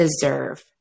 deserve